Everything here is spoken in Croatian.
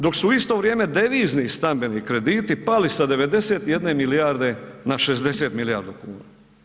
Dok su u isto vrijeme devizni stambeni krediti pali sa 91 milijarde na 60 milijardi kuna.